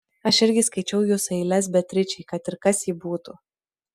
aš irgi skaičiau jūsų eiles beatričei kad ir kas ji būtų